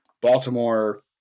Baltimore